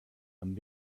and